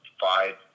five